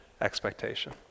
expectation